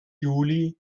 juli